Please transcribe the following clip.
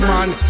Man